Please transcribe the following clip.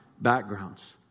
backgrounds